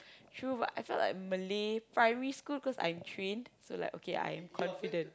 true but I felt like Malay Primary School cause I'm trained so like okay I'm confident